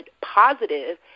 positive